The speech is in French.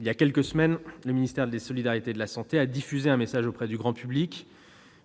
Il y a quelques semaines, le ministère des solidarités et de la santé a diffusé un message auprès du grand public